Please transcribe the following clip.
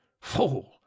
Fool